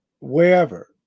wherever